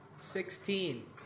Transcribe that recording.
sixteen